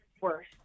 worse